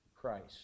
Christ